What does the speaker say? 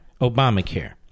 Obamacare